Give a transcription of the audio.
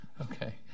Okay